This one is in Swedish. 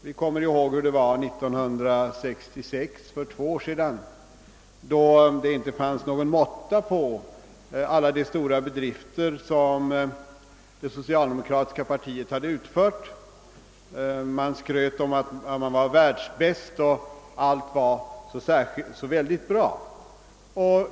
Vi kommer ihåg hur det var 1966, alltså för två år sedan, då det inte var någon måtta på alla de stora bedrifter som det socialdemokratiska partiet hade utfört. Man skröt om att man var världsbäst och att allt var så väldigt bra.